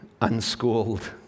unschooled